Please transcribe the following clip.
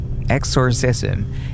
exorcism